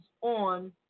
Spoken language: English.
on